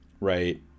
right